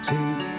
Take